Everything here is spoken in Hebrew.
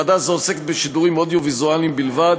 ועדה זו עוסקת בשידורים אודיו-ויזואליים בלבד,